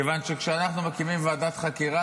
מכיוון שכשאנחנו מקימים ועדת חקירה,